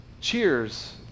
cheers